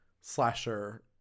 slasher